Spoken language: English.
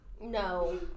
No